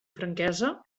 franquesa